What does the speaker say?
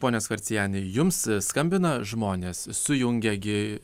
pone skorceni jums skambina žmones sujungia gi